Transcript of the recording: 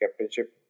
captainship